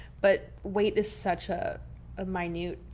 but weight is such a ah minute.